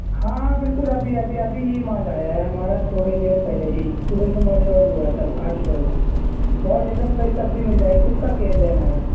ہاں ہاں بالکل ابھی ابھی ابھی ہی مال آیا ہے ہمارا تھوڑے دیر پہلے ہی صُبح میں مال لوڈ ہُوا تھا آ چکا ہے وہ بہت ایک دم فریس سبزی مِل جائے گی خود کا کھیت ہے ہمارا